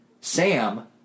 Sam